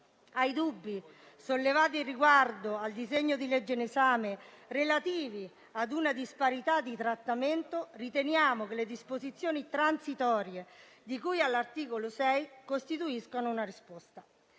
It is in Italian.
Ai dubbi sollevati riguardo al disegno di legge in esame relativi ad una disparità di trattamento, riteniamo che le disposizioni transitorie di cui all'articolo 6 costituiscano una risposta.